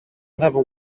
never